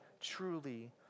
truly